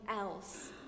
else